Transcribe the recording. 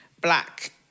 black